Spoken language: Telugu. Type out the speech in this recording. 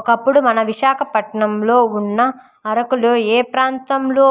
ఒకప్పుడు మన విశాఖపట్నంలో ఉన్న అరకులోయ ప్రాంతంలో